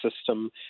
system